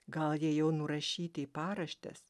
gal jie jau nurašyti į paraštes